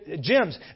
gems